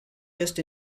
just